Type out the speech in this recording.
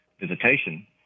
visitation